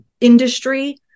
industry